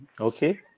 okay